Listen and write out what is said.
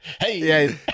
Hey